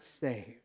saved